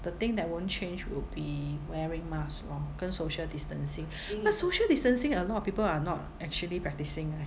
the thing that won't change will be wearing mask lor 跟 social distancing the social distancing a lot of people are not actually practicing eh